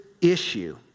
issue